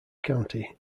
county